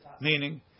meaning